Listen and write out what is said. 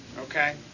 Okay